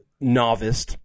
novice